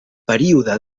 període